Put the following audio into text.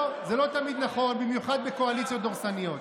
לא, זה לא תמיד נכון, במיוחד בקואליציות דורסניות.